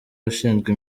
ushinzwe